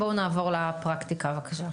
בואו נעבור לפרקטיקה בבקשה.